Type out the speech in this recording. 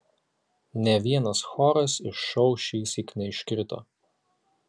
nė vienas choras iš šou šįsyk neiškrito